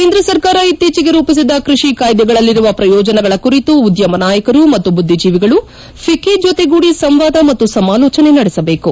ಕೇಂದ್ರ ಸರ್ಕಾರ ಇತ್ತೀಚೆಗೆ ರೂಪಿಸಿದ ಕೈಷಿ ಕಾಯಿದೆಗಳಲ್ಲಿರುವ ಪ್ರಯೋಜನಗಳ ಕುರಿತು ಉದ್ಲಮ ನಾಯಕರು ಮತ್ತು ಬುಧ್ಲಿಜೀವಿಗಳು ಫಿಕ್ಕೆ ಜತೆಗೂಡಿ ಸಂವಾದ ಮತ್ತು ಸಮಾಲೋಚನೆ ನಡೆಸಬೇಕು